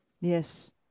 Yes